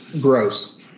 gross